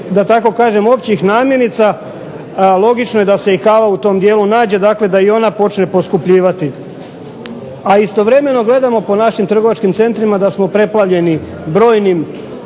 da tako kažem općih namirnica. Logično je da se i kava u tom dijelu nađe. Dakle, da i ona počne poskupljivati. A istovremeno gledamo po našim trgovačkim centrima da smo preplavljeni brojnim